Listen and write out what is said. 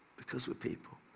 because we're people.